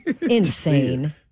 insane